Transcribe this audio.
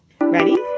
Ready